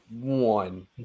one